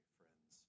friends